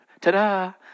tada